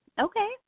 Okay